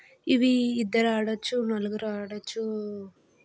ఇవి ఇద్దరు ఆడవచ్చు నలుగురు ఆడవచ్చు